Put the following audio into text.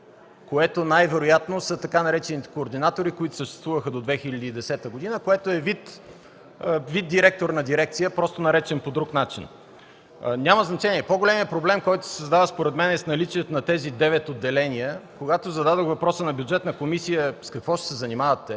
което най-вероятно са тъй наречените „координатори”, които съществуваха до 2010 г., което е вид директор на дирекция, наречен по друг начин. Няма значение. По-големият проблем, който се създава според мен, е с наличието на тези девет отделения. Когато зададох въпроса на заседание на Бюджетната комисия – с какво ще се занимават